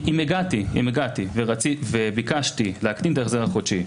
אם הגעתי וביקשתי להקטין את ההחזר החודשי,